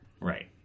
Right